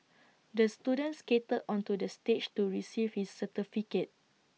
the student skated onto the stage to receive his certificate